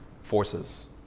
forces